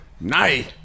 nice